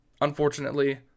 unfortunately